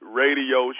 radio